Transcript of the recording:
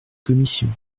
commission